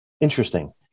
Interesting